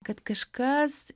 kad kažkas